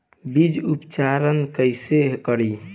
बीज उपचार कईसे करी?